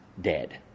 dead